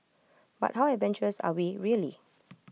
but how adventurous are we really